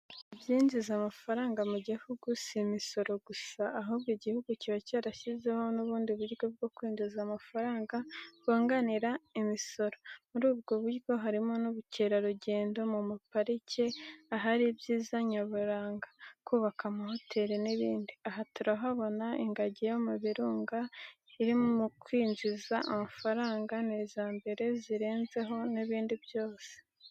Ibyinjiza amafaranga mugihugu simisoro gusa ahubwo igihugu kiba cyarashyizeho nubundi buryo bwo kwinjiza amafaranga bwunganira imisoro muru bwoburyo harimo n,ubucyera rugendo mumpariki ahari ibyiza nayaburanga kubaka amahoteli nibindi .aha turahabona ingagi yo mubirunga izi mukwinjiza mafaranga nizambere zirenzeho nibindi byose.